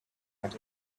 what